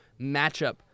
matchup